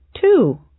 two